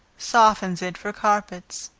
softens it for carpets.